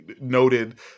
noted